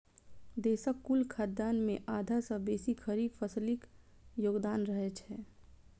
देशक कुल खाद्यान्न मे आधा सं बेसी खरीफ फसिलक योगदान रहै छै